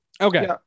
Okay